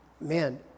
man